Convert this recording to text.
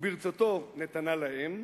וברצותו נתנה להם,